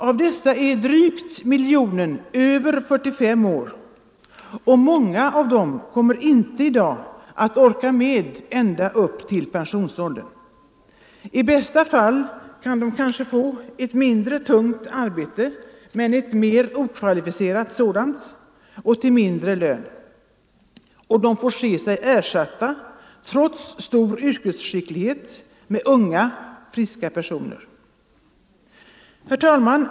Av dessa är drygt miljonen över 45 år, och många kommer inte att orka med ända upp till pensionsåldern. I bästa fall kan de kanske få ett mindre tungt men mer okvalificerat arbete till lägre lön. De får — trots stor yrkesskicklighet — se sig ersatta med unga friska personer. Herr talman!